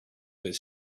his